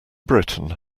britain